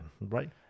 Right